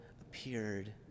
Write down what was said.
appeared